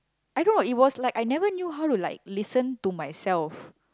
I don't know it was like I never knew how to like listen to myself